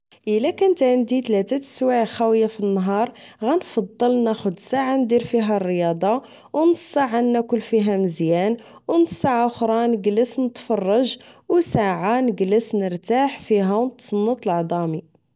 إلى كانت عندي تلاتة سوايع خاوية عندي فنهار غنفضل ناخذ ساعة ندير فيها الرياضة أو نص ساعة ناكل فيها مزيان أو نص ساعة خرى نݣلس نتفرج أو ساعة نݣلس فيها نرتاح فيها أو نتصنت لعظامي